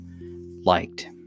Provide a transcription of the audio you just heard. liked